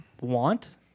want